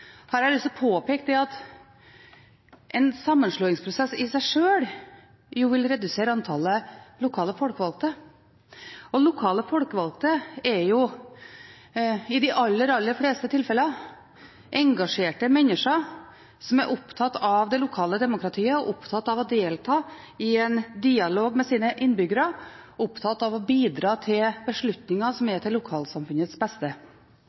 at en sammenslåingsprosess i seg sjøl jo vil redusere antallet lokale folkevalgte. Lokale folkevalgte er i de aller fleste tilfeller engasjerte mennesker – som er opptatt av det lokale demokratiet, opptatt av å delta i en dialog med sine innbyggere og opptatt av å bidra til beslutninger som er til lokalsamfunnets beste.